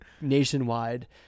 nationwide